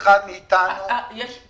היא חייבת להגדיל את הערבות.